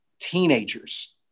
teenagers